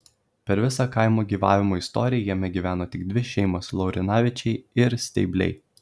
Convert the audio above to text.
per visą kaimo gyvavimo istoriją jame gyveno tik dvi šeimos laurinavičiai ir steibliai